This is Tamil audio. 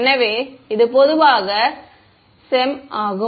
எனவே இது பொதுவாக CEM ஆகும்